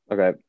Okay